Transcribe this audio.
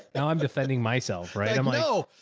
now i'm defending myself. right? i'm like, oh.